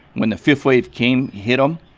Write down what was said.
when the fifth wave came, hit him,